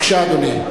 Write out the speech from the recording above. בבקשה, אדוני.